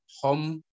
home